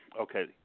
okay